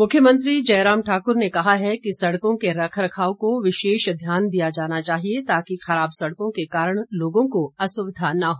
मुख्यमंत्री मुख्यमंत्री जयराम ठाक्र ने कहा है कि सड़कों के रखरखाव को विशेष ध्यान दिया जाना चाहिए ताकि खराब सड़कों के कारण लोगों को असुविधा न हो